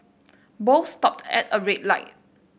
both stopped at a red light